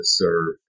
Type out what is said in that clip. serve